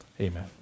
Amen